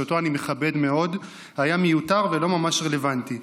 שאותו אני מכבד מאוד, היה מיותר ולא ממש רלוונטי.